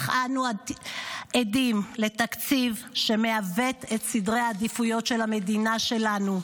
אך אנו עדים לתקציב שמעוות את סדרי העדיפויות של המדינה שלנו,